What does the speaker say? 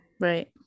Right